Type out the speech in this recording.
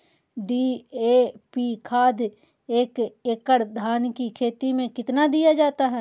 DAP खाद एक एकड़ धान की खेती में कितना दीया जाता है?